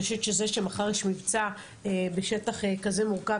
אני חושבת שזה שמחר יש מבצע בשטח כזה מורכב